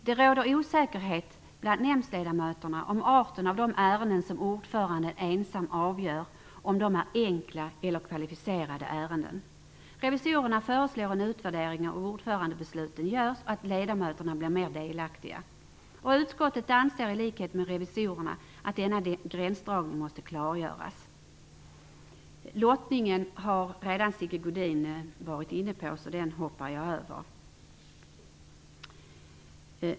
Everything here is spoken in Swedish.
Det råder dock osäkerhet bland nämndledamöterna om arten av de ärenden som ordföranden ensam avgör och gränsdragningen mellan enkla och kvalificerade ärenden. Revisorerna föreslår att en utvärdering av ordförandebesluten görs och att ledamöterna blir mer delaktiga. Utskottet anser i likhet med revisorerna att denna gränsdragning måste klargöras. Sigge Godin har redan varit inne på frågan om lottningen, så den hoppar jag över.